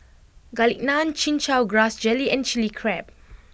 Garlic Naan Chin Chow Grass Jelly and Chili Crab